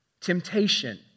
Temptation